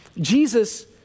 Jesus